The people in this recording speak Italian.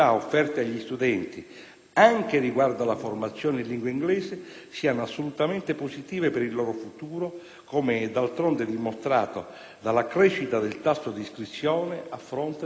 anche riguardo alla formazione in lingua inglese, siano assolutamente positive per il loro futuro, com'è d'altronde dimostrato dalla crescita del tasso di iscrizione a fronte del calo demografico.